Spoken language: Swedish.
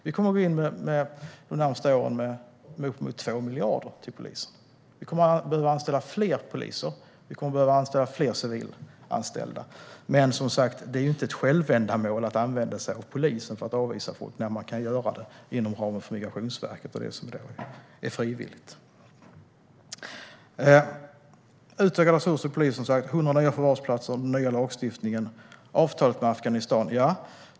Vi kommer under de närmaste åren att gå in med uppemot 2 miljarder till polisen. Vi kommer att behöva anställa fler poliser och fler civilanställda. Men, som sagt, det är inte ett självändamål att använda sig av polisen för att avvisa folk när man kan göra det frivilligt inom ramen för Migrationsverket. Det handlar alltså om utökade resurser till polisen, 100 nya förvarsplatser, den nya lagstiftningen och avtalet med Afghanistan.